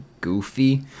goofy